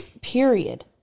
Period